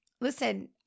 listen